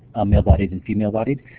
male-bodied and female-bodied?